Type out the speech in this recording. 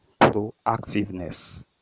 proactiveness